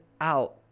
out